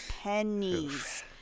pennies